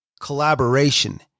collaboration